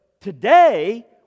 today